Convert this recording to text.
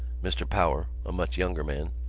mr. power, a much younger man,